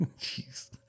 Jeez